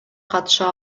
катыша